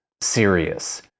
serious